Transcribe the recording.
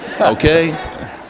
Okay